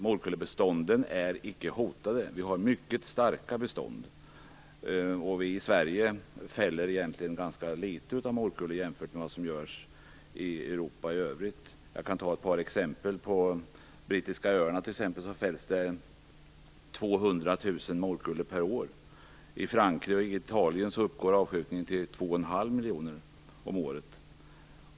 Morkullebestånden är icke hotade - vi har mycket starka bestånd. I Sverige fälls ganska få morkullor i jämförelse med övriga Europa. Jag kan nämna några exempel. På Brittiska öarna fälls 200 000 morkullor per år. I Frankrike och Italien uppgår avskjutningen till två och en halv miljon om året.